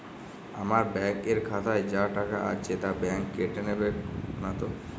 আমার ব্যাঙ্ক এর খাতায় যা টাকা আছে তা বাংক কেটে নেবে নাতো?